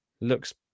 Looks